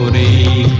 a